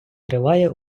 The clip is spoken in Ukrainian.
триває